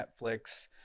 netflix